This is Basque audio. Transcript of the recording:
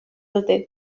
dute